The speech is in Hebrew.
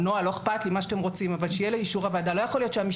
יכול להיות גם נוהל,